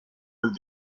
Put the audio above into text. del